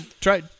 try